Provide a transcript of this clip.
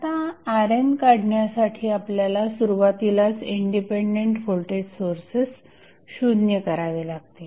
आता RN काढण्यासाठी आपल्याला सुरुवातीलाच इंडिपेंडंट व्होल्टेज सोर्सेस शून्य करावे लागतील